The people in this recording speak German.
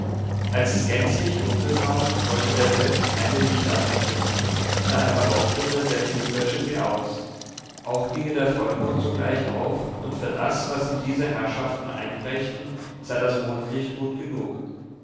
als es gänzlich dunkel war wollte der wirt keine lichter anzünden da er behauptete der wind lösche sie aus auch ginge der vollmond sogleich auf und für das was ihm diese herrschaften einbrächten sei das mondlicht gut genug